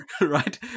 right